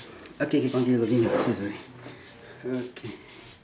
okay K continue continue sorry sorry okay